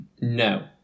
No